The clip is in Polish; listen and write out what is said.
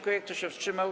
Kto się wstrzymał?